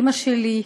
אימא שלי,